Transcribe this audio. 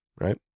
Right